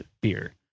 beer